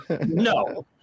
No